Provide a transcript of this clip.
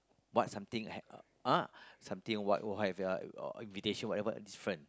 what something hap~ uh something what why have a invitation whatever it's different